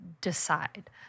decide